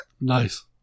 Nice